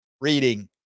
reading